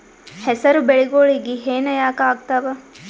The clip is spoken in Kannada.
ಹೆಸರು ಬೆಳಿಗೋಳಿಗಿ ಹೆನ ಯಾಕ ಆಗ್ತಾವ?